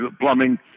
plumbing